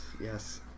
yes